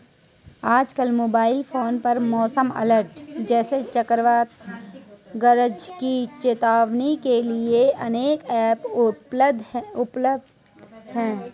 आजकल mobile phone पर मौसम अलर्ट जैसे चक्रवात गरज की चेतावनी के लिए अनेक ऐप उपलब्ध है